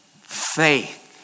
Faith